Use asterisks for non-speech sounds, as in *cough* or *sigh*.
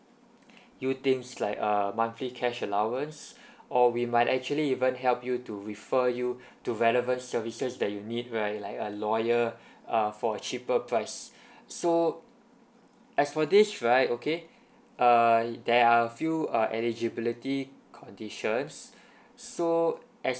you things like err monthly cash allowance or we might actually even help you to refer you to relevant services that you need right like a lawyer uh for a cheaper price *breath* so as for this right okay err there are a few uh eligibility conditions so as